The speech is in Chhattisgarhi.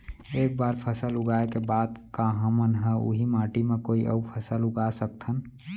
एक बार फसल उगाए के बाद का हमन ह, उही माटी मा कोई अऊ फसल उगा सकथन?